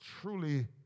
truly